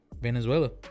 Venezuela